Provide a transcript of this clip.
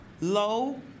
low